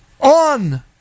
on